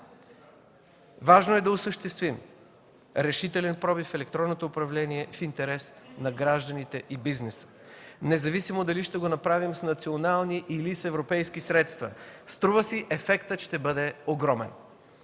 Важно е да осъществим решителен пробив с електронното управление в интерес на гражданите и бизнеса. Независимо дали ще го направим с национални или с европейски средства – струва си, ефектът ще бъде огромен.